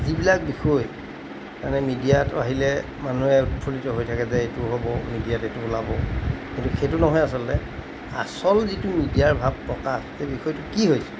যিবিলাক বিষয় মানে মিডিয়াটো আহিলে মানুহে উৎফুল্লিত হৈ থাকে যে এইটো হ'ব মিডিয়াত এইটো ওলাব কিন্তু সেইটো নহয় আচলতে আচল যিটো মিডিয়াৰ ভাৱ প্ৰকাশ সেই বিষয়টো কি হৈছে